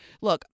look